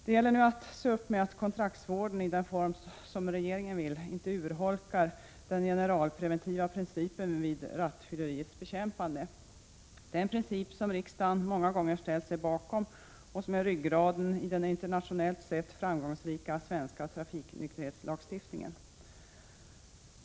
Det gäller nu att se upp med att kontraktsvården i den form som regeringen vill inte urholkar den generalpreventiva principen vid rattfylleriets bekämpande. Det är en princip som riksdagen många gånger ställt sig bakom och som är ryggraden i den internationellt sett framgångsrika svenska trafiknykterhetslagstiftningen.